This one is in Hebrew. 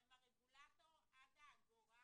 הם הרגולטור עד האגורה